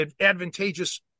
advantageous